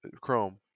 chrome